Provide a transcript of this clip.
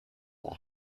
that